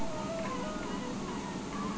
চিনাবাদাম টিক্কা রোগ হয় কেন?